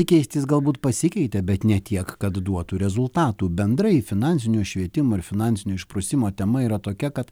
keistis galbūt pasikeitė bet ne tiek kad duotų rezultatų bendrai finansinio švietimo ir finansinio išprusimo tema yra tokia kad